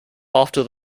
after